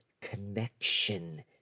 connection